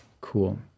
Cool